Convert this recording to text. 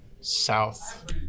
south